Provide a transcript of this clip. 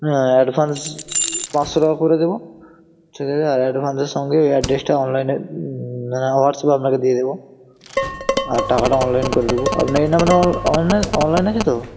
হ্যাঁ অ্যাডভান্স পাঁচশো টাকা করে দেব ঠিক আছে আর অ্যাডভান্সের সঙ্গে এই অ্যাড্রেসটা অনলাইনে নাহয় হোয়াটস্যাপে আপনাকে দিয়ে দেব আর টাকাটা অনলাইন করে দেব আপনার এই নাম্বারটায় অন অনলাইন অনলাইন আছে তো